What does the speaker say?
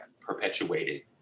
perpetuated